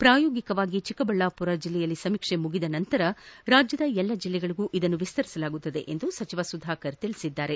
ಪ್ರಾಯೋಗಿಕವಾಗಿ ಚಿಕ್ಕಬಳ್ಳಾಪುರ ಜಲ್ಲೆಯಲ್ಲಿ ಸಮೀಕ್ಷೆ ಮುಗಿದ ನಂತರ ರಾಜ್ಯದ ಎಲ್ಲಾ ಜಲ್ಲೆಗಳಿಗೂ ವಿಸ್ತರಿಸಲಾಗುವುದು ಎಂದು ಸಚಿವ ಸುಧಾಕರ್ ತಿಳಿಸಿದರು